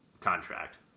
contract